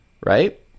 right